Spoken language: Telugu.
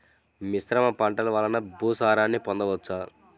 మిశ్రమ పంటలు వలన భూసారాన్ని పొందవచ్చా?